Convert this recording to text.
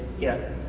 yeah,